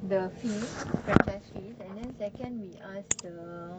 the fees franchise fees and then second we ask the